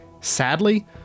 Sadly